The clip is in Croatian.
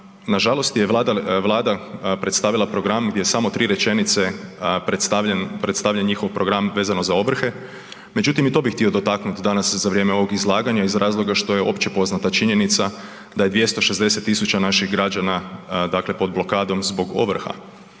nažalost je vlada predstavila program gdje je samo u tri rečenice predstavljen, predstavljen njihov program vezano za ovrhe. Međutim i to bih htio dotaknut danas za vrijeme ovog izlaganja iz razloga što je općepoznata činjenica da je 260 000 naših građana, dakle pod blokadom zbog ovrha.